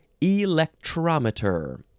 Electrometer